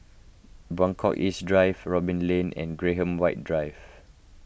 Buangkok East Drive Robin Lane and Graham White Drive